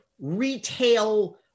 retail